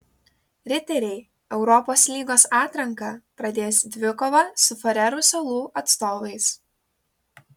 riteriai europos lygos atranką pradės dvikova su farerų salų atstovais